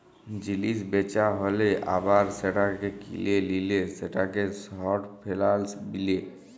জিলিস বেচা হ্যালে আবার সেটাকে কিলে লিলে সেটাকে শর্ট ফেলালস বিলে